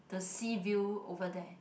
the sea view over there